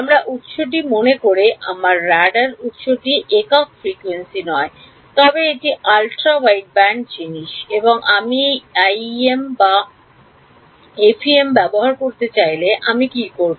আমার উত্সটি মনে করে আমার রাডার এর উত্সগুলি একক ফ্রিকোয়েন্সি নয় তবে এটি আলট্রা ওয়াইডব্যান্ড এবং আমি আইইএম বা এফইএম ব্যবহার করতে চাইলে আমি কী করব